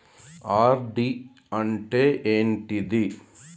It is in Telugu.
ఆర్.డి అంటే ఏంటిది?